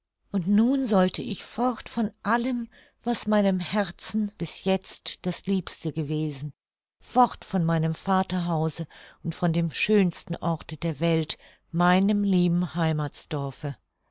und nun sollte ich fort von allem was meinem herzen bis jetzt das liebste gewesen fort von meinem vaterhause und von dem schönsten orte der welt meinem lieben heimathsdorfe